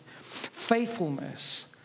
Faithfulness